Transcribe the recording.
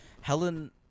Helen